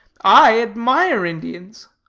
i admire indians.